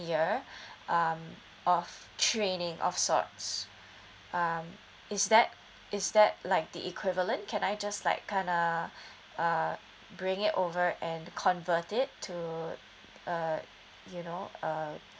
year um of training of sorts um is that is that like the equivalent can I just like kind uh uh bring it over and convert it to uh you know uh